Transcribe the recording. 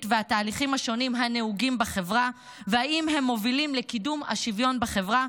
והתהליכים השונים הנהוגים בחברה והאם הם מובילים לקידום השוויון בחברה,